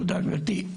תודה, גברתי.